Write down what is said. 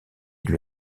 lui